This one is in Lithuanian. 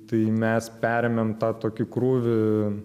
tai mes perėmėm tą tokį krūvį